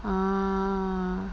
ah